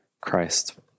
Christ